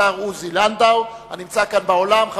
השר עוזי לנדאו, הנמצא פה באולם.